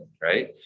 right